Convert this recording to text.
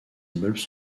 immeubles